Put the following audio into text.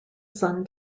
sun